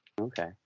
Okay